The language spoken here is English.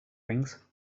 wings